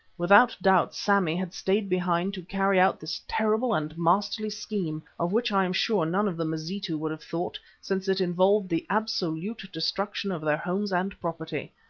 without doubt sammy had stayed behind to carry out this terrible and masterly scheme, of which i am sure none of the mazitu would have thought, since it involved the absolute destruction of their homes and property.